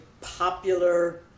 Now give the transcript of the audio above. popular